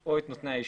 או את נותני האישור.